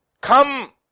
come